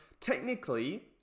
technically